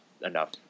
enough